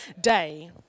day